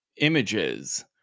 images